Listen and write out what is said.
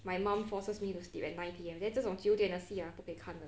my mum forces me to sleep at nine P_M and then 这种九点的戏 ah 不可以看的